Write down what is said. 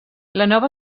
nova